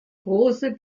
grosse